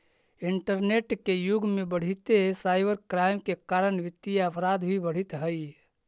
internet के युग में बढ़ीते साइबर क्राइम के कारण वित्तीय अपराध भी बढ़ित हइ